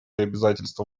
обязательства